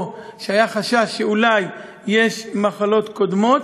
או שהיה חשש שאולי יש מחלות קודמות,